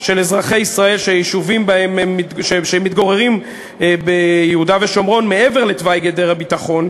של אזרחי ישראל שמתגוררים ביהודה ושומרון מעבר לתוואי גדר הביטחון,